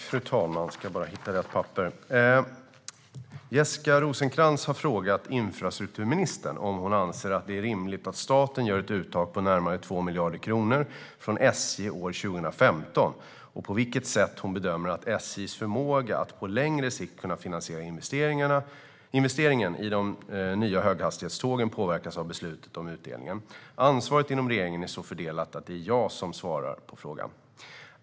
Fru talman! Jessica Rosencrantz har frågat infrastrukturministern om hon anser att det är rimligt att staten gör ett uttag på närmare 2 miljarder kronor från SJ år 2015 och på vilket sätt hon bedömer att SJ:s förmåga att på längre sikt kunna finansiera investeringen i de nya höghastighetstågen påverkas av beslutet om utdelning. Ansvaret inom regeringen är så fördelat att det är jag som ska svara på frågan.